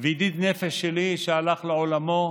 וידיד נפש שלי שהלך לעולמו,